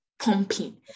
Pumping